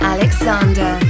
Alexander